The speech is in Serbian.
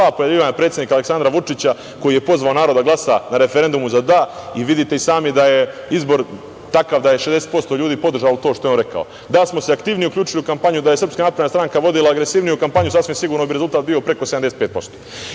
dva pojavljivanja predsednika Aleksandra Vučića koji je pozvao narod da glasa na referendumu za – da i vidite i sami da je izbor takav da je 60% ljudi podržalo to što je on rekao. Da smo se aktivnije uključili u kampanju, da je SNS vodila agresivniju kampanju sasvim sigurno bi rezultat bio preko 75%.Na